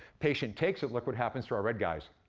patient takes it, look what happens to our red guys.